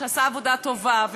שעשה עבודה טובה,